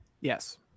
Yes